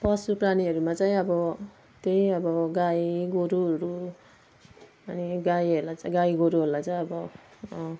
पशुप्राणीहरूमा चाहिँ अब त्यही अब गाईगोरुहरू अनि गाईहरूलाई चाहिँ गाईगोरुहरूलाई चाहिँ अब